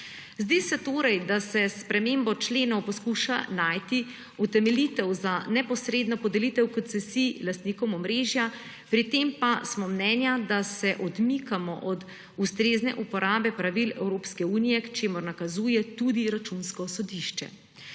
Zdi se torej, da se s spremembo členov poskuša najti utemeljitev za neposredno podelitev koncesij lastnikom omrežja, pri tem pa smo mnenja, da se odmikamo od ustrezne uporabe pravil Evropske unije, k čemur nakazuje tudi Računsko sodišče.